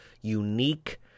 unique